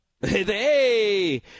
Hey